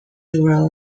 bureau